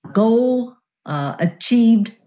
goal-achieved